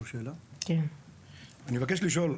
אני מבקש לשאול,